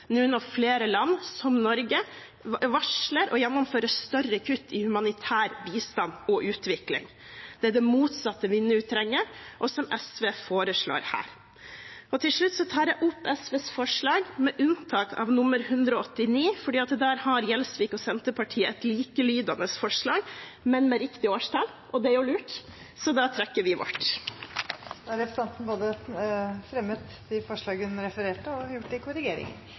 nå når flere land, som Norge, varsler å gjennomføre større kutt i humanitær bistand og utvikling. Det er det motsatte vi nå trenger, og som SV foreslår her. Til slutt tar jeg opp SVs forslag, med unntak av forslag nr. 189, for der har Gjelsvik og Senterpartiet et likelydende forslag, men med riktig årstall, og det er jo lurt, så da trekker vi vårt. Representanten Kari Elisabeth Kaski har tatt opp de forslagene hun refererte